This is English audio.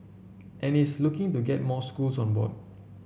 and it's looking to get more schools on board